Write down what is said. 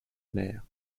mère